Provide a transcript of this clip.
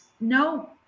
no